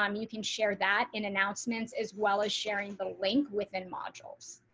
um you can share that in announcements, as well as sharing the link within modules.